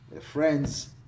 friends